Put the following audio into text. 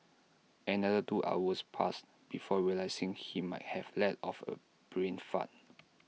another two hours passed before realising he might have let off A brain fart